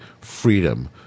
freedom